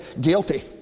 guilty